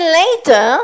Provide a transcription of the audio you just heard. later